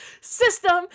system